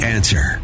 Answer